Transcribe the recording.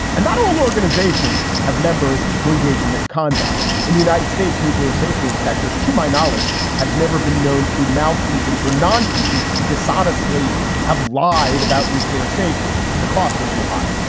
and not all organizations have members who engage in misconduct in the united states. nuclear safety inspectors, to my knowledge, have never been known through malfeasance or nonfeasance to dishonestly have lied about nuclear safety. the costs are too high.